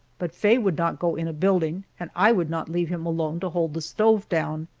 but faye would not go in a building, and i would not leave him alone to hold the stove down.